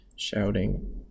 Shouting